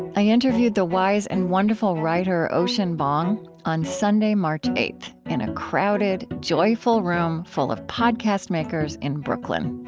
i interviewed the wise and wonderful writer ocean vuong on sunday, march eight in a crowded, joyful room full of podcast makers in brooklyn.